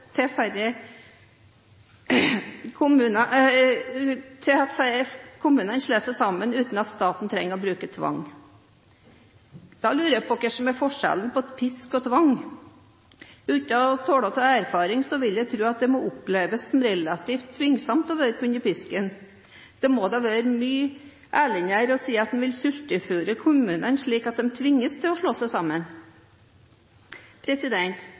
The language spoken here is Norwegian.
uten at staten trenger å bruke tvang.» Da lurer jeg på hva som er forskjellen på «pisk» og «tvang». Uten å kunne tale av erfaring, vil jeg tro at det må oppleves som relativt tvingende å være under pisken. Det må da være mye ærligere å si at man vil sultefôre kommunene, slik at de tvinges til å slå seg sammen.